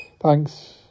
Thanks